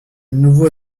nouveau